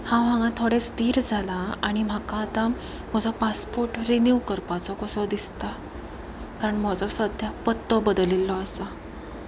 हांव हांगा थोडें स्थीर जालां आनी म्हाका आतां म्हजो पासपोर्ट रिन्यव करपाचो कसो दिसता कारण म्हजो सद्या पत्तो बदलिल्लो आसा